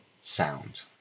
sound